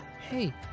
Hey